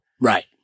Right